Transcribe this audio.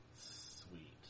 Sweet